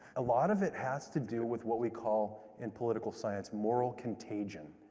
a lot of it has to deal with what we call in political science, moral contagion.